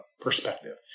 perspective